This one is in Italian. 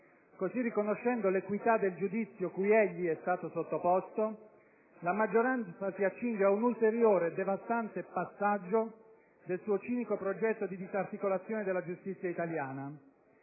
così riconoscendo l'equità del giudizio cui egli è stato sottoposto, la maggioranza si accinge ad un ulteriore, devastante passaggio del suo cinico progetto di disarticolazione della giustizia italiana.